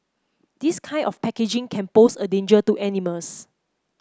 this kind of packaging can pose a danger to animals